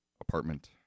apartment